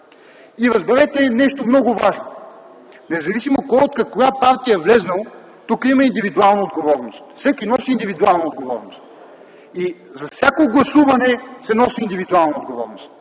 Разберете и нещо много важно – независимо кой от каква партия е влязъл, тук има индивидуална отговорност, всеки носи индивидуална отговорност и за всяко гласуване се носи индивидуална отговорност.